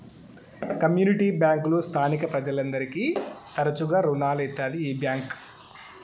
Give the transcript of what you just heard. community బ్యాంకులు స్థానిక ప్రజలందరికీ తరచుగా రుణాలు ఇత్తాది ఈ బ్యాంక్